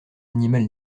animal